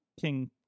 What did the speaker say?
king